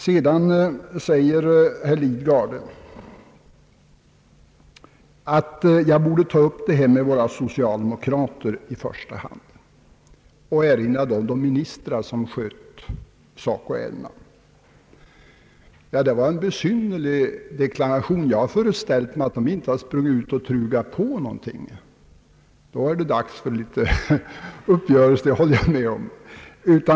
Herr Lidgard tyckte, att jag borde ta upp det här med socialdemokraterna i första hand, och han erinrade då om de ministrar som skött SACO-ärendena. Det var en besynnerlig deklaration. Jag har föreställt mig att dessa ministrar inte sprungit ut och trugat på någon en massa fördelar — ty i så fall hade det varit dags för en liten uppgörelse med dem, det håller jag med om.